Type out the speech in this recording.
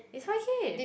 is five K